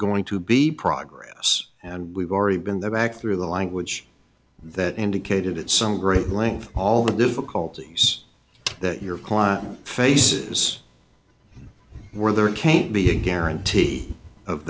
going to be progress and we've already been there back through the language that indicated at some great length all the difficulties that your client faces were there can't be a guarantee of